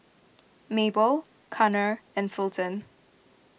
Mabel Connor and Fulton